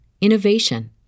innovation